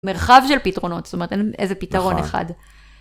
מרחב של פתרונות, זאת אומרת אין איזה פתרון אחד.